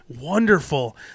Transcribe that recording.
Wonderful